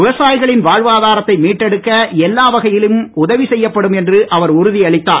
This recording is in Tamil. விவசாயிகளின் வாழ்வாதாரத்தை மீட்டெடுக்க எல்லா வகையிலும் உதவி செய்யப்படும் என்று அவர் உறுதியளித்தார்